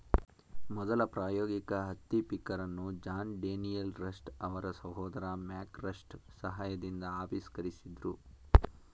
ಮೊದಲ ಪ್ರಾಯೋಗಿಕ ಹತ್ತಿ ಪಿಕ್ಕರನ್ನು ಜಾನ್ ಡೇನಿಯಲ್ ರಸ್ಟ್ ಅವರ ಸಹೋದರ ಮ್ಯಾಕ್ ರಸ್ಟ್ ಸಹಾಯದಿಂದ ಆವಿಷ್ಕರಿಸಿದ್ರು